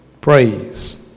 praise